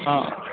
অঁ